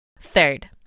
Third